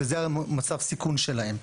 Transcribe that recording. שזה המצב סיכון שלהם.